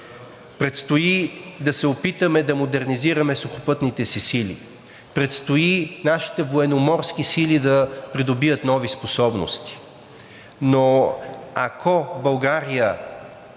Предстои да се опитаме да модернизираме Сухопътните си сили, предстои нашите Военноморски сили да придобият нови способности,